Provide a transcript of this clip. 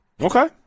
Okay